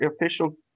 official